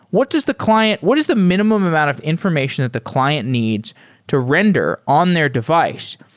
what does the client what is the minimum amount of information that the client needs to render on their device,